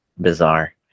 bizarre